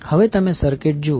હવે તમે સર્કિટ જુઓ